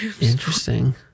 Interesting